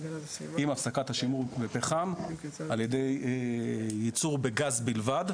עם הפסקת השימוש בפחם על ידי ייצור בגז בלבד.